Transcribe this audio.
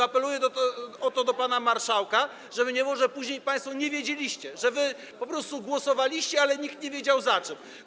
Apeluję o to do pana marszałka, żeby później nie było, że państwo nie wiedzieliście, że po prostu głosowaliście, ale nikt nie wiedział za czym.